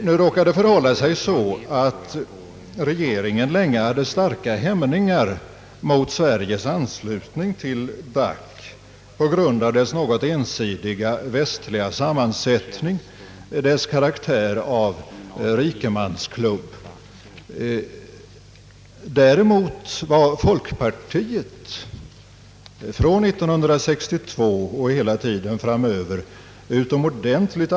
Nu råkar det förhålla sig så att regeringen länge hade starka hämningar mot Sveriges anslutning till DAC på grund av dess något ensidiga västliga sammansättning, dess karaktär av rikemansklubb. Däremot var folkpartiet från år 1962 och hela tiden framöver utomordentligt.